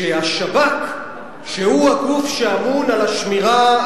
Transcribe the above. שהשב"כ שהוא הגוף שאמון על השמירה,